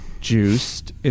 Juiced